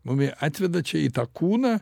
mumi atveda čia į tą kūną